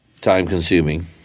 time-consuming